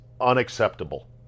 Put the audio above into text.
unacceptable